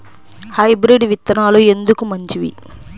Hybrid విత్తనాలు ఎందుకు మంచివి?